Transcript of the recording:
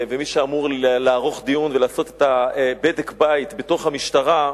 מי שאמור לערוך דיון ולעשות את בדק הבית בתוך המשטרה,